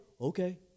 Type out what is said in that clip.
okay